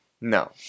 No